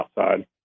outside